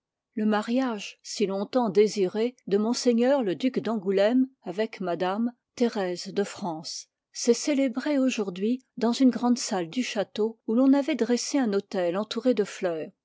le mariage si long-temps désiré de ms le duc d'angouléme avec madame thérèse de france s'est célébré aujourd'hui dans une grande salle du château où l'on avoit dressé un autel entouré de fleurs